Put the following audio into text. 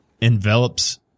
envelops